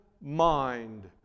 mind